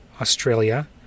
Australia